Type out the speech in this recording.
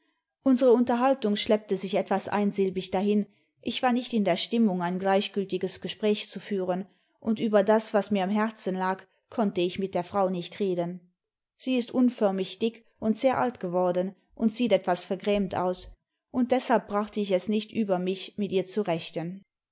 unsere unterhaltimg schleppte sich etwas einsilbig dahin ich war nicht in der stinmiung ein gleichgültiges gespräch zu führen imd über das was nur am herzen lag konnte ich mit der frau nicht reden sie ist imförmig dick und sehr alt geworden und sieht etwas vergrämt aus imd deshalb brachte ich es nicht über mich nüt ihr zu rechten